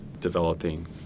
developing